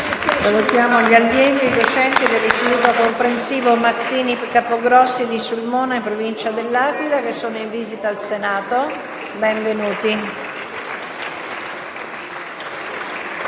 Salutiamo gli allievi e i docenti dell'Istituto comprensivo «Mazzini-Capograssi» di Sulmona, in provincia dell'Aquila, che sono in visita al Senato. Benvenuti.